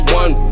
one